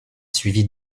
suivi